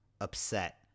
upset